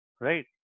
Right